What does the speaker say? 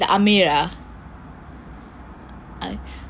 armeh ah